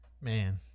Man